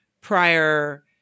prior